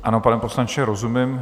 Ano, pane poslanče, rozumím.